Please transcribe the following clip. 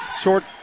Short